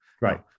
Right